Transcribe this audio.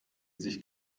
sich